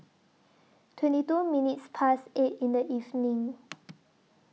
twenty two minutes Past eight in The evening